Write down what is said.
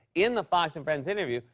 in the fox and friends interview,